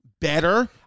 better